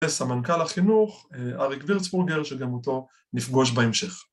סמנכ"ל החינוך, אריק וירצבורגר שגם אותו נפגוש בהמשך